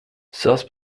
thus